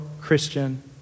Christian